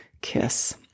kiss